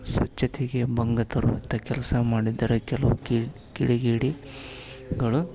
ಸ್ವಚ್ಛತೆಗೆ ಭಂಗ ತರುವಂಥ ಕೆಲಸ ಮಾಡಿದ್ದಾರೆ ಕೆಲವು ಕಿಡಿಗೇಡಿ ಗಳು